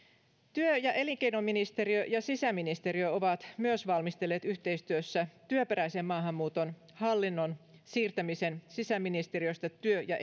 työ ja elinkeinoministeriö ja sisäministeriö ovat myös valmistelleet yhteistyössä työperäisen maahanmuuton hallinnon siirtämisen sisäministeriöstä työ ja